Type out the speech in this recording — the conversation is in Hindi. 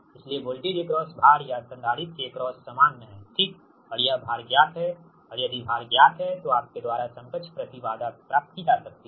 इसलिए वोल्टेज एक्रोस भार या संधारित्र के एक्रोस समान हैठीक और यह भार ज्ञात है और यदि भार ज्ञात है तो आपके द्वारा समकक्ष प्रति बाधा प्राप्त की जा सकती है